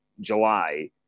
July